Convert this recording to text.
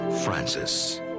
Francis